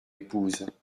épouse